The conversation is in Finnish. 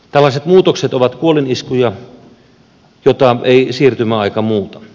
tällaiset muutokset ovat kuoliniskuja joita ei siirtymäaika muuta